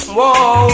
Whoa